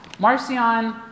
Marcion